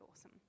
awesome